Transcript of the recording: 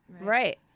Right